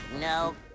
no